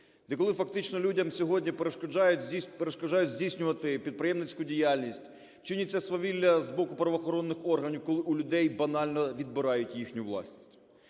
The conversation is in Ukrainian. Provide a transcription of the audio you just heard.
де коли фактично людям сьогодні перешкоджають здійснювати підприємницьку діяльність, чиняться свавілля з боку правоохоронних органів, коли у людей банально відбирають їхню власність.